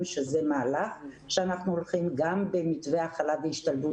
וזה מהלך אליו אנחנו הולכים גם במתווה הכלה והשתלבות.